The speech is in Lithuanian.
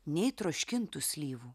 nei troškintų slyvų